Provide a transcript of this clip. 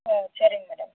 சே சரிங்க மேடம்